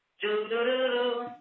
do-do-do-do